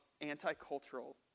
anti-cultural